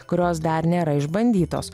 kurios dar nėra išbandytos